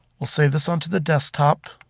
we'll save this onto the desktop,